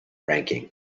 ranking